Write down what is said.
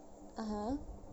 (uh huh)